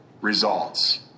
results